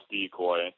decoy